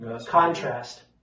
contrast